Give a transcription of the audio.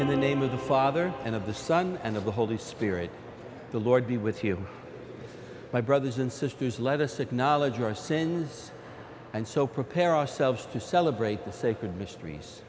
in the name of the father and of the son and of the holy spirit the lord be with you my brothers and sisters let us acknowledge you are saying and so prepare ourselves to celebrate the sacred mysteries